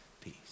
peace